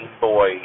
boy